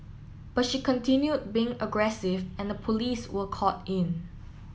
but she continued being aggressive and the police were called in